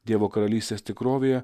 dievo karalystės tikrovėje